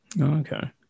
Okay